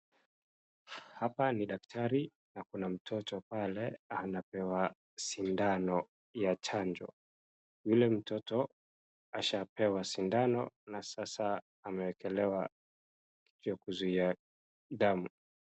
Hapa ni daktari na kuna mtoto pale anapewa sindano ya chanjo. Yule mtoto ashapewa sindano na sasa amewekelewa kitu ya kuzuia damu.